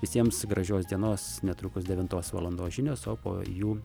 visiems gražios dienos netrukus devintos valandos žinios o po jų